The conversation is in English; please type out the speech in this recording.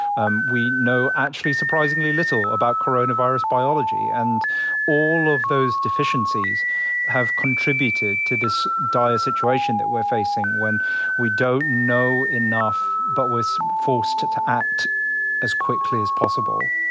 um we know, actually, surprisingly little about coronavirus biology. and all of those deficiencies have contributed to this dire situation that we're facing when we don't know enough but we're forced to to act as quickly as possible